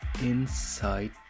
inside